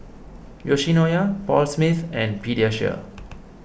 Yoshinoya Paul Smith and Pediasure